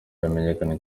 yamenyekanye